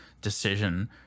decision